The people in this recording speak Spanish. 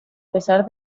pesar